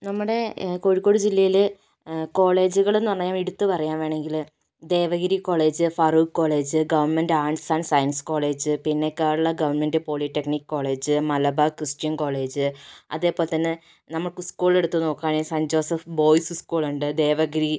നമ്മുടെ കോഴിക്കോട് ജില്ലയില് കോളേജുകളെന്ന് പറഞ്ഞാൽ എടുത്ത് പറയാം വേണെങ്കില് Devagiri college Farook college government arts and science college പിന്നെ Kerala government polytechnic college Malabar Christian college അതേപോലെ തന്നെ നമുക്ക് സ്കൂള് എടുത്ത് നോക്കുവാണെങ്കില് സെൻറ്റ് ജോസഫ് ബോയ്സ് സ്കൂളുണ്ട് ദേവഗിരി